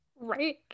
Right